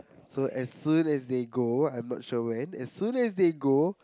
so as soon as they go I'm not sure when as soon as they go